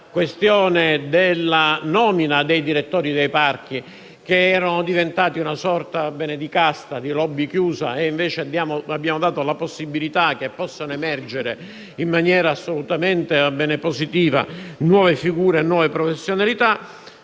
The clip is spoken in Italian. questione della nomina dei direttori dei parchi, che erano diventati una sorta di casta e di *lobby* chiusa. Invece, abbiamo fatto in modo che possano emergere in maniera positiva nuove figure e nuove professionalità.